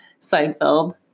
Seinfeld